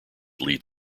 lead